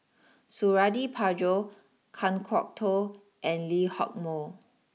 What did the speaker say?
Suradi Parjo Kan Kwok Toh and Lee Hock Moh